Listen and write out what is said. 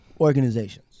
organizations